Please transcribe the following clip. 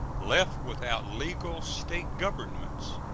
left without legal state governments.